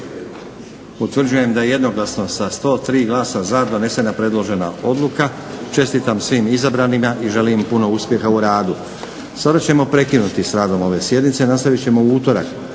Utvrđujem da je jednoglasno sa 103 glasa za donesena predložena odluka. Čestitam svim izabranima i želim im puno uspjeha u radu. Sada ćemo prekinuti sa radom ove sjednice. Nastavit ćemo u utorak